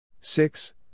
Six